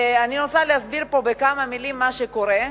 אני רוצה להסביר פה בכמה מלים מה קורה.